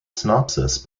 synopsis